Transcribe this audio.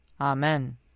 Amen